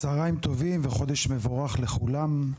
צוהריים טובים וחודש מבורך לכולם.